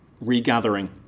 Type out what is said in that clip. regathering